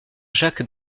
jacques